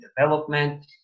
development